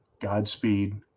Godspeed